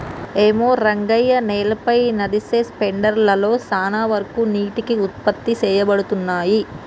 ఏమో రంగయ్య నేలపై నదిసె స్పెండర్ లలో సాన వరకు నీటికి ఉత్పత్తి సేయబడతున్నయి